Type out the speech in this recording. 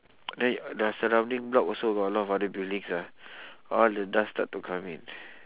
then the surrounding block also got a lot of other buildings ah all the dust start to come in